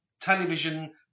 television